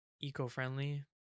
eco-friendly